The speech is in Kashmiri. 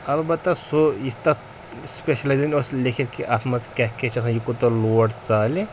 البتہ سُہ یُس تَتھ سپیشلایزن اوس لیٚکھِتھ کہِ اَتھ منٛز کیٛاہ کیٛاہ چھِ آسان یہِ کوٗتاہ لوڑ ژالہِ